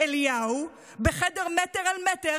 דיברה גל הוד קרונטל,